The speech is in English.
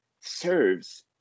serves